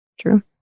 true